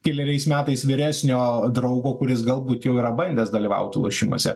keleriais metais vyresnio draugo kuris galbūt jau yra bandęs dalyvauti lošimuose